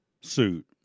suit